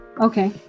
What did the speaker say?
Okay